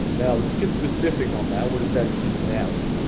now let's get specific on that. what does that mean exactly?